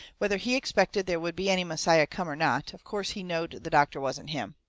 whether he expected there would be any messiah come or not, of course he knowed the doctor wasn't him.